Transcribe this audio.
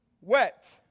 wet